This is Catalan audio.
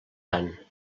tant